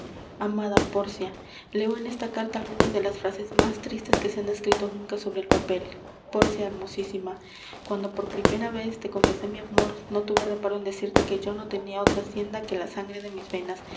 amada pórcia leo en esta carta algunas de las frases más tristes que se han escrito nunca sobre el papel pórcia hermosísima cuando por primera vez te confesé mi amor no tuve reparo en decirte que yo no tenia otra hacienda que la sangre de mis venas